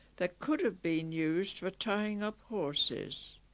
that could have been used for tying up horses